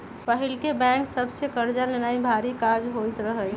पहिके बैंक सभ से कर्जा लेनाइ भारी काज होइत रहइ